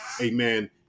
Amen